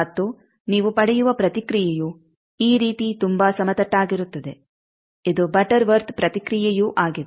ಮತ್ತು ನೀವು ಪಡೆಯುವ ಪ್ರತಿಕ್ರಿಯೆಯು ಈ ರೀತಿ ತುಂಬಾ ಸಮತಟ್ಟಾಗಿರುತ್ತದೆ ಇದು ಬಟರ್ ವರ್ತ್ ಪ್ರತಿಕ್ರಿಯೆಯೂ ಆಗಿದೆ